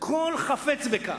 לכל החפץ בכך.